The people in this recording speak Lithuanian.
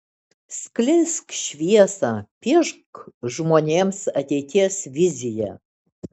skleisk šviesą piešk žmonėms ateities viziją